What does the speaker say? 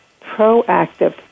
proactive